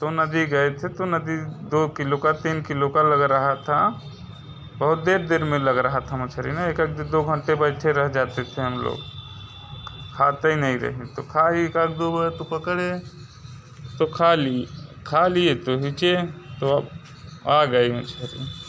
तो नदी गए थे तो नदी दो किलो का तीन किलो का लग रहा था बहुत देर देर में लग रहा था मछली ना एक एक दो दो घंटे बैठे रह जाते थे हम लोग खा ही नहीं रही तो खाई एक आध दो बार तो पकड़े तो खा ली खा लिए तो खींचे तो अब आ गई मछली